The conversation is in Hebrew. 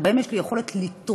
שבהם יש לי יכולת לתרום